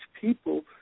people